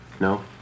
No